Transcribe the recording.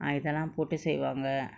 ah இதலா போட்டு செய்வாங்க:ithala potu seivanga